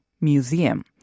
museum